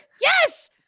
Yes